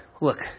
look